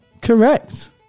Correct